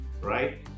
right